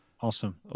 Awesome